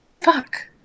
fuck